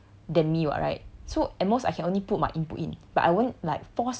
it's obviously a better than me [what] right so at most I can only put my input in